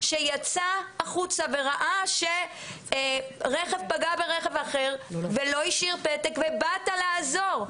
שיצא החוצה וראה שרכב פגע ברכב אחר ולא השאיר פתק ובאת לעזור.